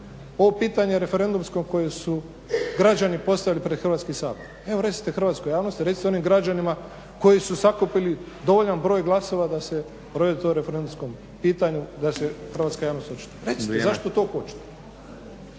ovo pitanje referendumskom koji su građani postavili pred Hrvatski sabor? Evo recite hrvatskoj javnosti, recite onim građanima koji su sakupili dovoljan broj glasova da se provede to referendumsko pitanje da se hrvatska javnost očituje, recite zašto to kočite?